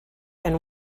and